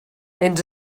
ens